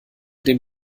den